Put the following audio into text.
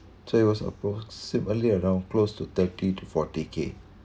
so it was approximately around close to thirty to forty K